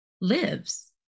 lives